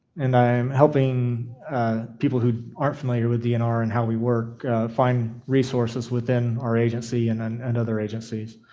and i'm helping people who aren't familiar with dnr and how we work find resources within our agency and and and other agencies.